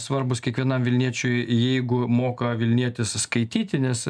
svarbūs kiekvienam vilniečiui jeigu moka vilnietis skaityti nes